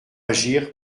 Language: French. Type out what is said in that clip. agir